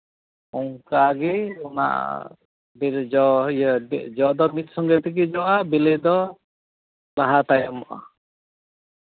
ᱚᱱᱠᱟᱜᱮ ᱚᱱᱟ ᱵᱤᱱ ᱡᱚ ᱡᱚᱼᱫᱚ ᱢᱤᱫ ᱥᱚᱸᱜᱮ ᱛᱮᱜᱮ ᱡᱚᱜᱼᱟ ᱵᱤᱞᱤ ᱫᱚ ᱞᱟᱦᱟ ᱛᱟᱭᱚᱢᱚᱜᱼᱟ